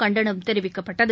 கண்டனம் தெரிவிக்கப்பட்டது